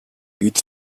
бид